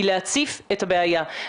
היא להציף את הבעיה.